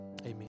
amen